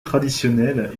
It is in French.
traditionnelle